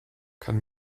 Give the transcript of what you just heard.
kann